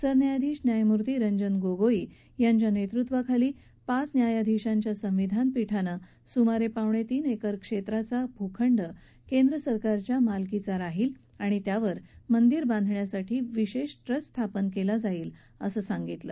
सरन्यायाधीश न्यायमूर्ती रंजन गोगोई यांच्या नेतृत्वाखाली पाच न्यायाधीशांच्या संविधान पीठानं सुमारे पावणेतीन एकर क्षेत्राचा भूखंड केंद्रसरकारच्या मालकीचा राहील आणि त्यावर मंदिर बांधण्यासाठी विशेष ट्रस्ट स्थापन केला जाईल असं सांगितलं